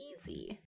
easy